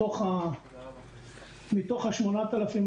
מתוך ה-8,200,